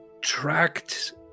tracked